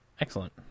Excellent